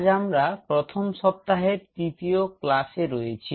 আজ আমরা প্রথম সপ্তাহের তৃতীয় ক্লাসে রয়েছি